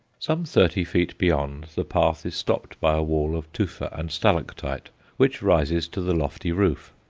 some thirty feet beyond, the path is stopped by a wall of tufa and stalactite which rises to the lofty roof,